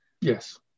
Yes